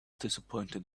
disappointed